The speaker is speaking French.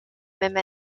même